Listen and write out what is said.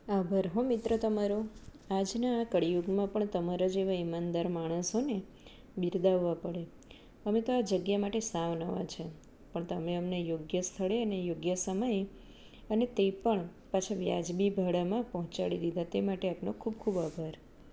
આભાર હો મિત્રો તમારો આજના આ કલિયુગમાં પણ તમારા જેવા ઈમાનદાર માણસોને બિરડાવવા પડે અમે તો આ જગ્યા માટે સાવ નવા છે પણ તમે અમને યોગ્ય સ્થળ અને યોગ્ય સમયે અને તે પણ પાછા વાજબી ભાડામાં પહોંચાડી દીધું તે માટે આપનો ખૂબ ખૂબ આભાર